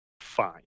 fine